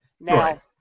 Now